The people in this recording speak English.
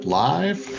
live